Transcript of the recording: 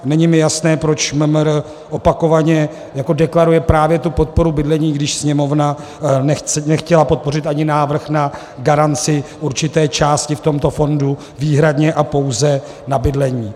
Není mi jasné, proč MMR opakovaně deklaruje právě tu podporu bydlení, když Sněmovna nechtěla podpořit ani návrh na garanci určité části v tomto fondu výhradně a pouze na bydlení.